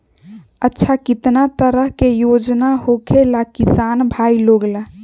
अच्छा कितना तरह के योजना होखेला किसान भाई लोग ला?